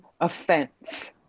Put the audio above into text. offense